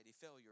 failure